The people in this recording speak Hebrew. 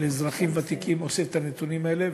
לאזרחים ותיקים אוסף את הנתונים האלה.